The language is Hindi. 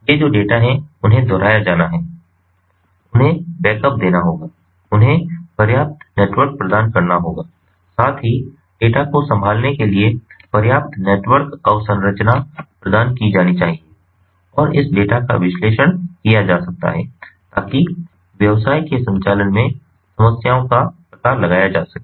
ये जो डाटा हैं उन्हें दोहराया जाना है उन्हें बैकअप देना होगा उन्हें पर्याप्त नेटवर्क प्रदान करना होगा साथ ही डेटा को संभालने के लिए पर्याप्त नेटवर्क अवसंरचना प्रदान की जानी चाहिए और इस डेटा का विश्लेषण किया जा सकता है ताकि व्यवसाय के संचालन में समस्याओं का पता लगाया जा सके